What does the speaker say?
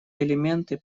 элементы